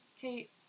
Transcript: Kate